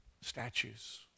Statues